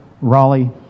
Raleigh